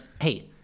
hey